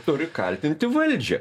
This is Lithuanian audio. turi kaltinti valdžią